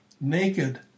naked